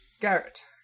Garrett